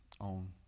on